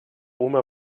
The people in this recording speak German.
oma